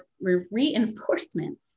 reinforcement